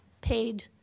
paid